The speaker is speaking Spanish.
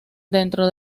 dentro